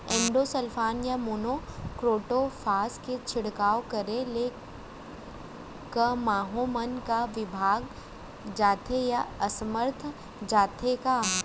Endosulfan या monocrotophos के छिड़काव करे ले क माहो मन का विभाग जाथे या असमर्थ जाथे का?